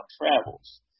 travels